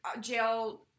jail